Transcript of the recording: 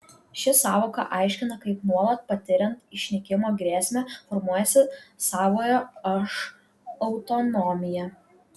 ši sąvoka aiškina kaip nuolat patiriant išnykimo grėsmę formuojasi savojo aš autonomija